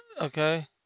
okay